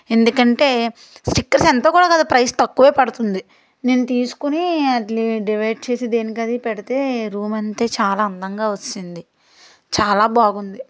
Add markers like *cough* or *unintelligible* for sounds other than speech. ఎందుకంటే స్టిక్కర్స్ ఎంతో కూడా కాదు ప్రైస్ తక్కువ పడుతుంది నేను తీసుకుని *unintelligible* డివైడ్ చేసి దేనికది పెడితే రూమ్ అంతే చాలా అందంగా వచ్చింది చాలా బాగుంది